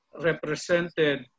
represented